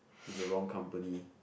with the wrong company